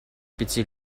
пяти